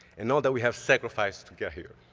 and all that we have sacrificed to get here.